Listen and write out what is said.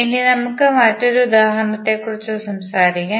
ഇനി നമുക്ക് മറ്റൊരു ഉദാഹരണത്തെക്കുറിച്ച് സംസാരിക്കാം